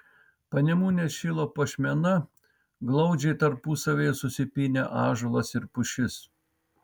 panemunės šilo puošmena glaudžiai tarpusavyje susipynę ąžuolas ir pušis